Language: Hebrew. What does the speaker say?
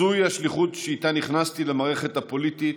זוהי השליחות שאיתה נכנסתי למערכת הפוליטית,